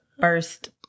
first